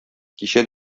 кичә